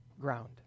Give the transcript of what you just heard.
ground